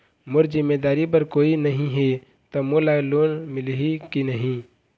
मोर जिम्मेदारी बर कोई नहीं हे त मोला लोन मिलही की नहीं?